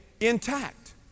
intact